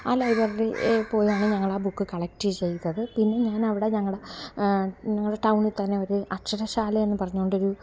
ആ ലൈബ്രറിയിൽ പോയാണ് ഞങ്ങളാ ബുക്ക് കളക്ട് ചെയ്തത് പിന്നെ ഞാനവിടെ ഞങ്ങളുടെ ഞങ്ങളുടെ ടൗണിൽ തന്നെ ഒരു അക്ഷരശാലയെന്നു പറഞ്ഞു കൊണ്ടൊരു